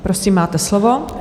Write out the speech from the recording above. Prosím, máte slovo.